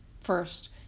first